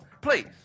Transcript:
Please